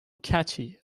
catchy